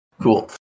Cool